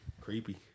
Creepy